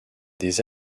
des